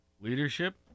Leadership